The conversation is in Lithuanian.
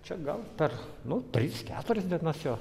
čia gal per nu tris keturias dienas jo